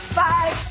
five